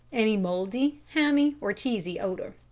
any mouldy, hammy, or cheesy odour.